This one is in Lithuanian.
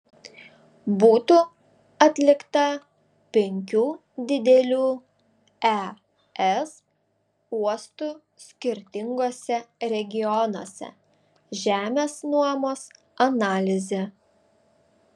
būtų atlikta penkių didelių es uostų skirtinguose regionuose žemės nuomos analizė